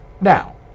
Now